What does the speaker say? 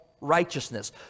Righteousness